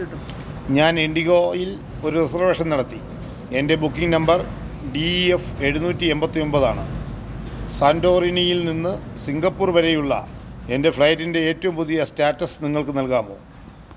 ഞാൻ ഇൻഡിഗോയിൽ ഒരു റിസർവേഷൻ നടത്തി എൻ്റെ booking number D E F എഴുന്നൂറ്റി എൺപത്തി ഒമ്പതാണ് സാൻ്റോറിനിയിൽ നിന്ന് സിംഗപ്പൂർ വരെയുള്ള എൻ്റെ ഫ്ലൈറ്റിൻ്റെ ഏറ്റവും പുതിയ സ്റ്റാറ്റസ് നിങ്ങൾക്ക് നൽകാമോ